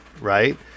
right